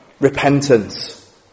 repentance